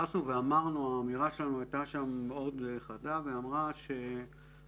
התייחסנו ואמרנו באמירה שהייתה מאוד חדה שהפתרון